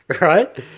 right